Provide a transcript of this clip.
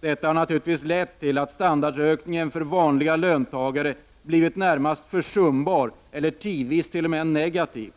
Detta har naturligtvis lett till att standardökningen för vanliga löntagare blivit närmast försumbar eller tidvis t.o.m. negativ.